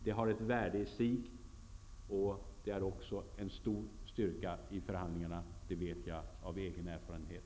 Det har ett värde i sig, och det är också en styrka i förhandlingarna -- det vet jag av egen erfarenhet.